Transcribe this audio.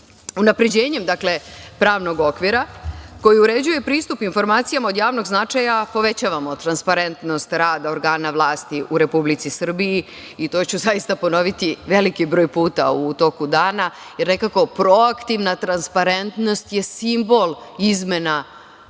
dakle, pravnog okvira, koji uređuje pristup informacijama od javnog značaja povećavamo transparentnost rada organa vlasti u Republici Srbiji, i to ću zaista ponoviti, veliki broj puta u toku dana, jer nekako, proaktivna transparentnost je simbol izmena